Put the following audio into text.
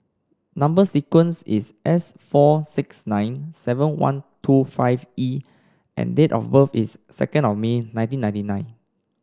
number sequence is S four six nine seven one two five E and date of birth is second of May nineteen ninety nine